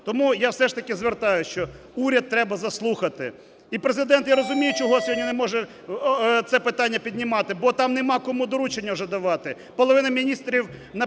Тому я все ж таки звертаюсь, що уряд треба заслухати. І Президент, я розумію, чого сьогодні не може це питання піднімати, бо там нема кому доручення вже давати. Половина міністрів